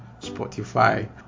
Spotify